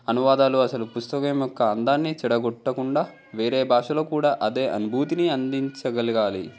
అనువాదాలు అసలు పుస్తకం యొక్క అందాన్ని చెడగొట్టకుండా వేరే భాషలో కూడా అదే అనుభూతిని అందించగలగాలి